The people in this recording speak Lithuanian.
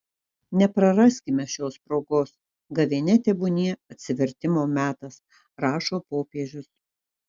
nepraraskime šios progos gavėnia tebūnie atsivertimo metas rašo popiežius